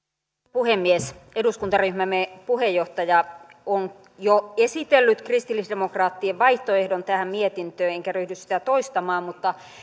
puhemies eduskuntaryhmämme puheenjohtaja on jo esitellyt kristillisdemokraattien vaihtoehdon tähän mietintöön enkä ryhdy sitä toistamaan mutta